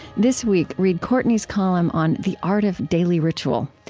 this week, read courtney's column on the art of daily ritual.